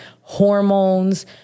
hormones